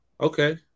Okay